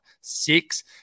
six